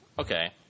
Okay